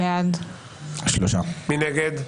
מי נגד?